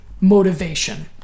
motivation